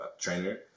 trainer